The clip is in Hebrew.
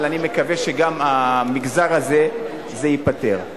אבל אני מקווה שגם במגזר הזה זה ייפתר.